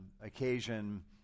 occasion